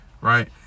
right